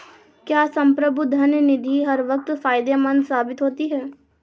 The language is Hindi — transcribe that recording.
क्या संप्रभु धन निधि हर वक्त फायदेमंद साबित होती है?